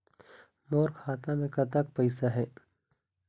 मोर खाता मे कतक पैसा हे?